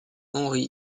henry